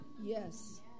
Yes